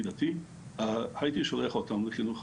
דתי הייתי שולח אותם לחינוך הרגיל,